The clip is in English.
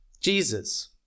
Jesus